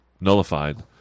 nullified